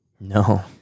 No